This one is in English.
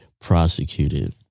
prosecuted